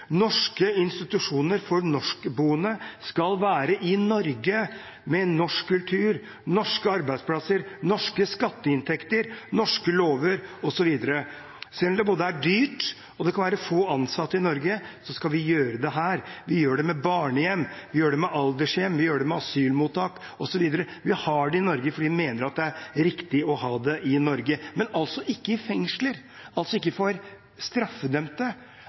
Norske institusjoner for norskboende skal være i Norge, med norsk kultur, norske arbeidsplasser, norske skatteinntekter, norske lover osv. Selv om det både er dyrt og det kan være få ansatte i Norge, skal vi ha dem her. Det gjelder for barnehjem, aldershjem, asylmottak, osv. Vi har dem i Norge fordi vi mener det er riktig å ha dem i Norge, men det gjelder altså ikke fengsler. For alle andre skal institusjonen være i Norge, men altså ikke for straffedømte.